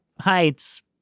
Heights